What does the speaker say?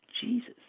Jesus